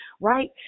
Right